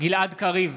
גלעד קריב,